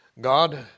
God